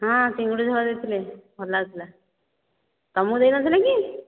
ହଁ ଚିଙ୍ଗୁଡ଼ି ଝୋଳ ଦେଇଥିଲେ ଭଲ ଲାଗୁଥିଲା ତୁମକୁ ଦେଇନଥିଲେ କି